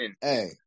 hey